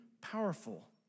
powerful